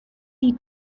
die